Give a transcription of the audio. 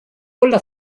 cola